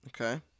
Okay